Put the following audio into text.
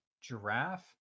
giraffe